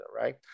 right